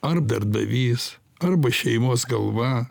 ar darbdavys arba šeimos galva